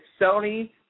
Sony